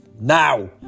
Now